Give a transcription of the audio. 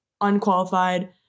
unqualified